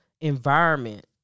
environment